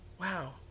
Wow